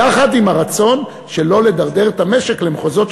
יחד עם הרצון שלא לדרדר את המשק למחוזות ש,